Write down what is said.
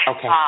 Okay